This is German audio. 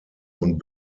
und